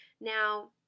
Now